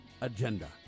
agenda